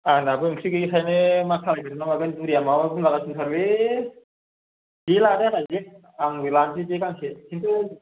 आंनाबो ओंख्रि गैयैखायनो मा खालायगोन मा मागोन बुरिया माबा बुंलागासिनो दंथारोलै जे लादो आदा जे आंबो लानोसै जे गांसे खिन्थु